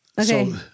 Okay